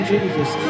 Jesus